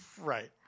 right